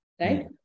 right